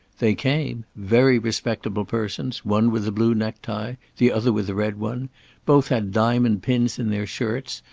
they came very respectable persons, one with a blue necktie, the other with a red one both had diamond pins in their shirts,